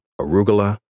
arugula